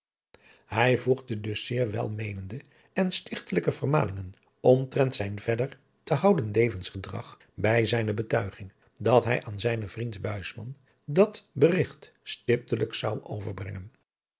hij voegde dus zeer welmeenende en stichtelijke vermaningen omtrent zijn verder te houden levensgedrag bij zijne betuiging dat hij aan zijnen vriend buisman dat berigt stiptelijk zou overbrengen